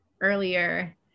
earlier